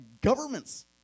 governments